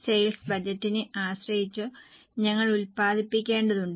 sales ബജറ്റിനെ ആശ്രയിച്ച് ഞങ്ങൾ ഉല്പാദിപ്പിക്കേണ്ടതുണ്ട്